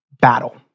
battle